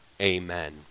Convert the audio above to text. amen